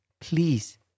please